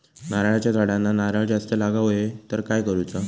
नारळाच्या झाडांना नारळ जास्त लागा व्हाये तर काय करूचा?